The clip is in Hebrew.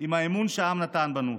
עם האמון שהעם נתן בנו.